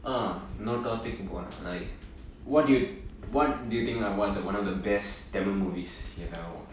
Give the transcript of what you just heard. uh இன்னொரு:innoru topic போலாம்:polaam like one what do you what do you think are one of the one of the best tamil movies you ever watched